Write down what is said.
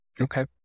Okay